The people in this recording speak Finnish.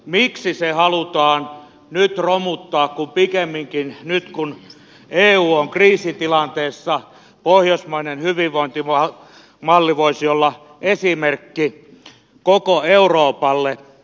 miksi se halutaan nyt romuttaa kun pikemminkin nyt kun eu on kriisitilanteessa pohjoismainen hyvinvointimalli voisi olla esimerkki koko euroopalle